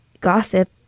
gossip